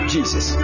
Jesus